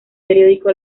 periódico